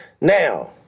Now